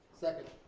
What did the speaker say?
second.